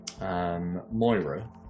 Moira